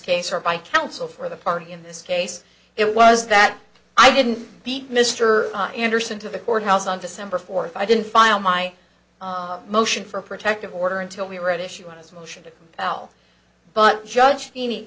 case or by counsel for the party in this case it was that i didn't beat mr anderson to the courthouse on december fourth i didn't file my motion for protective order until we were at issue on his motion to compel but judge